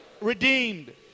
redeemed